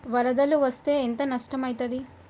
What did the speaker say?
వరదలు వస్తే ఎంత నష్టం ఐతది?